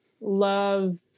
love